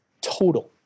total